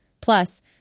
Plus